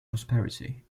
prosperity